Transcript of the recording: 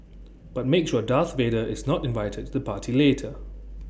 but make sure Darth Vader is not invited to the party later